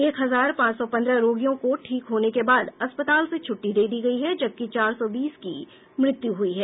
एक हजार पांच सौ पंद्रह रोगियों को ठीक होने के बाद अस्पताल से छुट्टी दे दी गई है जबकि चार सौ बीस की मृत्यु हुई है